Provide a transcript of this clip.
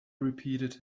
repeated